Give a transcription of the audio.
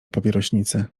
papierośnicy